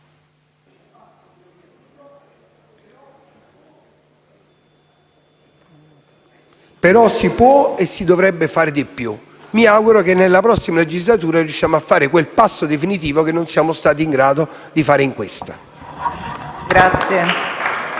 però si può e si dovrebbe fare di più. Mi auguro che nella prossima legislatura riusciremo a fare quel passo definitivo che non siamo stati in grado di fare in questa.